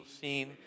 scene